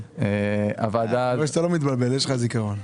אני רואה שאתה לא מתבלבל, יש לך זיכרון.